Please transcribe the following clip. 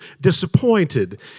disappointed